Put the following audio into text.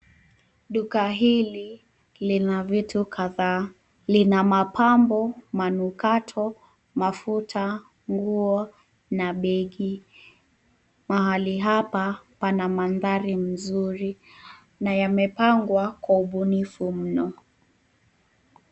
Duka hili lina vitu kadhaa. Lina mapambo, manukato, mafuta, nguo na begi. Mahali hapa pana mandhari nzuri na yamepangwa kwa ubunifu mno.